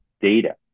data